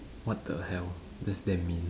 what the hell that's damn mean